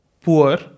poor